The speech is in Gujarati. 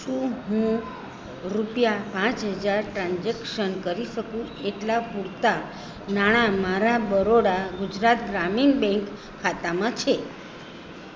શું હું રૂપિયા પાંચ હજાર ટ્રાન્ઝેક્શન કરી શકું એટલાં પૂરતાં નાણાં મારા બરોડા ગુજરાત ગ્રામીણ બેંક ખાતામાં છે